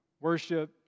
worship